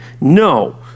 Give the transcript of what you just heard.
No